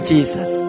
Jesus